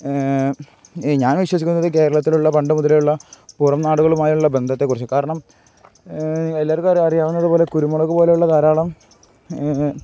ഞാൻ വിശ്വസിക്കുന്നത് കേരളത്തിലുള്ള പണ്ട് മുതലുള്ള പുറം നാടുകളുമായുള്ള ബന്ധത്തെക്കുറിച്ചു കാരണം എല്ലാവർക്കും അവർ അറിയാവുന്നത് പോലെ കുരുമുളക് പോലെയുള്ള ധാരാളം